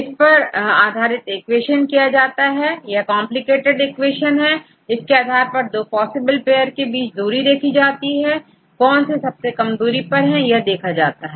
इस पर आधारित इक्वेशन किया जाता हैयह कॉम्प्लिकेटेड इक्वेशन है इसके आधार पर दो पॉसिबल पेअर के बीच में दूरी देखी जाती है कौन से सबसे कम दूरी पर है देखा जाता है